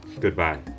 Goodbye